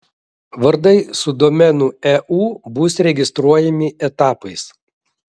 vardai su domenu eu bus registruojami etapais